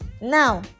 now